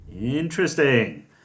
Interesting